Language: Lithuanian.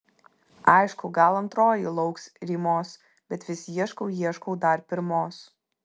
aišku gal antroji lauks rymos bet vis ieškau ieškau dar pirmos